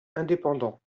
indépendants